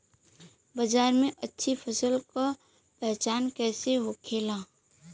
बाजार में अच्छी फसल का पहचान कैसे होखेला?